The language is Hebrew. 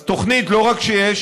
אז תוכנית לא רק שיש,